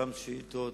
אותן שאילתות,